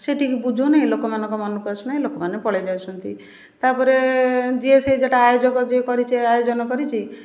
ସେ ଠିକ ବୁଝାଉନି ଲୋକମାନଙ୍କ ମନକୁ ଆସୁନି ଲୋକମାନେ ପଳେଇ ଯାଉଛନ୍ତି ତା'ପରେ ଯିଏ ସେଇଟା ଆୟୋଜ କରିଛି କରିଛି ଆୟୋଜନ କରିଛି